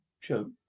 Joke